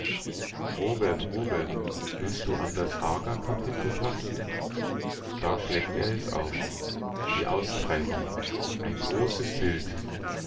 robert robert willst du an das hagarkapitel tasten da schlägt er es auf die austreibung ein großes bild